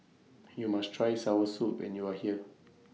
YOU must Try Soursop when YOU Are here